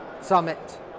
summit